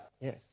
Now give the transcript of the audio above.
Yes